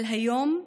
אבל היום,